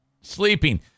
sleeping